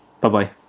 Bye-bye